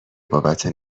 بابت